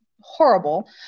horrible